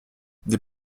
des